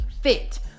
fit